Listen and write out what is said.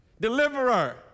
deliverer